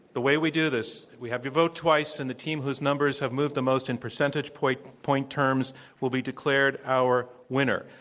the way we do this, we have you vote twice and the team whose numbers have moved the most in percentage point point terms will be declared our winner.